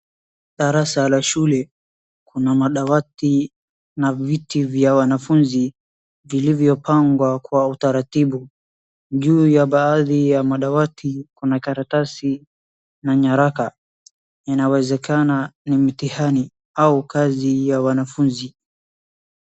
Darasa la shule. Kuna madawati na viti vya wanafunzi vilivyopangwa kwa utaratibu. Juu ya baadhi ya madawati kuna karatasi na nyaraka. Inawezekana ni mtihani au kazi za wanafunzi.